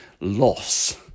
loss